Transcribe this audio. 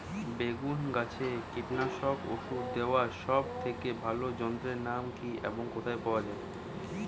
বেগুন গাছে কীটনাশক ওষুধ দেওয়ার সব থেকে ভালো যন্ত্রের নাম কি এবং কোথায় পাওয়া যায়?